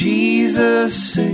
Jesus